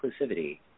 inclusivity